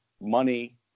money